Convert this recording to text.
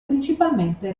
principalmente